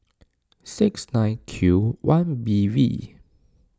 six nine Q one B V